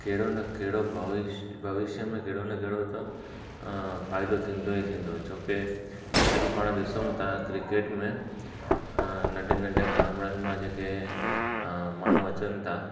कहिड़ो न कहिड़ो भविष्य भविष्य में कहिड़ो न कहिड़ो त फ़ाइदो थींदो ई थींदो छो कि अॼु पाण ॾिसूं था क्रिकेट में नंढे नंढे ॻामड़नि मां जेके माण्हू अचनि था